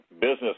business